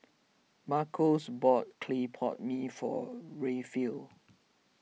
Marcos bought Clay Pot Mee for Rayfield